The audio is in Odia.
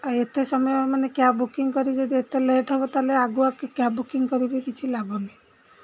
ଆଉ ଏତେ ସମୟ ମାନେ କ୍ୟାବ୍ ବୁକିଂ କରି ଯଦି ଏତେ ଲେଟ୍ ହବ ତା'ହେଲେ ଆଗୁଆ କ୍ୟାବ୍ ବୁକିଂ କରିବି କିଛି ଲାଭ ନାହିଁ